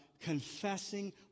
confessing